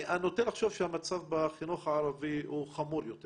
אני נוטה לחשוב שהמצב בחינוך הערבי הוא חמור יותר